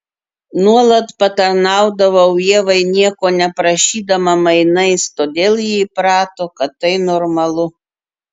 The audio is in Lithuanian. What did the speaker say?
nuolat patarnaudavau ievai nieko neprašydama mainais todėl ji įprato kad tai normalu